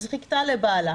אז היא חיכתה לבעלה.